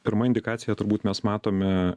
pirma indikacija turbūt mes matome